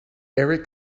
erik